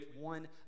one